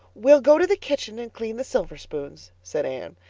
we'll go to the kitchen and clean the silver spoons, said anne.